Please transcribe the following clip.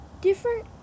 Different